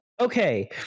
okay